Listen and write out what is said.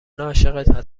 عاشقت